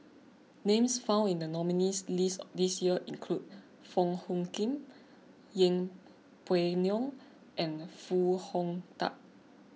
names found in the nominees' list this year include Wong Hung Khim Yeng Pway Ngon and Foo Hong Tatt